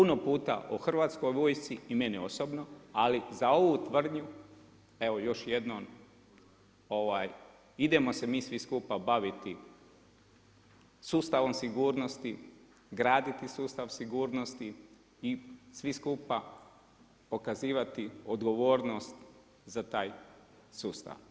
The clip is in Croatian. Puno puta o Hrvatskoj vojsci i meni osobno ali za ovu tvrdnju evo još jednom idemo se mi svi skupa baviti sustavom sigurnosti, graditi sustav sigurnosti i svi skupa pokazivati odgovornost za taj sustav.